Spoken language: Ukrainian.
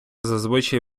зазвичай